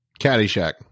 Caddyshack